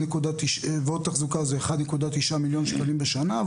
ועוד תחזוקה זה 1.9 מיליון שקלים בשנה,